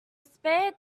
spade